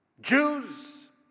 Jews